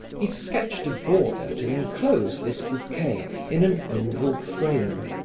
he sketched a border to enclose this bouquet in an oval frame,